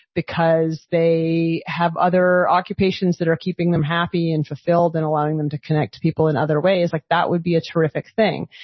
because they have other occupations that are keeping them happy and fulfilled and allowing them to connect to people in other ways, like that would be a terrific thing.